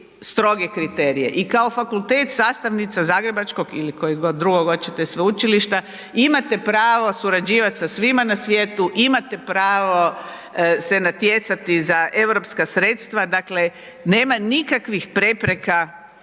stroge kriterije i kao fakultet sastavnica zagrebačkog ili kojeg god drugog oćete sveučilišta, imate pravo surađivat sa svima na svijetu, imate pravo se natjecati za europska sredstva, dakle nema nikakvih prepreka